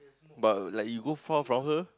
but like you go far from her